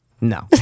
No